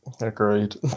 Agreed